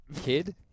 kid